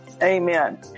Amen